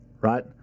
right